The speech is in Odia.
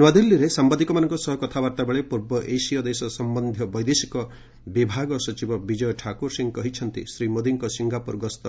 ନୃଆଦିଲ୍ଲୀରେ ସାମ୍ଭାଦିକମାନଙ୍କ ସହ କଥାବାର୍ତ୍ତା ବେଳେ ପୂର୍ବ ଏସିୟ ଦେଶ ସମ୍ଭନ୍ଧୀୟ ବୈଦେଶିକ ବିଭାଗ ସଚିବ ବିଜୟ ଠାକୁର ସିଂହ କହିଛନ୍ତି ଶ୍ରୀ ମୋଦିଙ୍କ ସିଙ୍ଗାପୁର ଗସ୍ତ